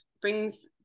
brings